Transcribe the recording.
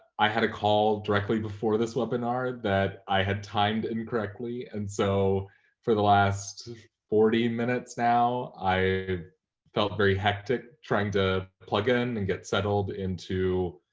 i had a call directly before this webinar that i had timed incorrectly. and so for the last forty minutes now, i felt very hectic trying to plug in and get settled into